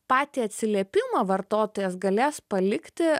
patį atsiliepimą vartotojas galės palikti